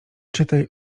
czytaj